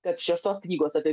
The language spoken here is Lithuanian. kad šeštos knygos apie